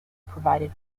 provided